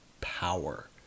power